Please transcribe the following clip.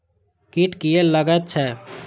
कीट किये लगैत छै?